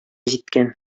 җиткән